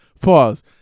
Pause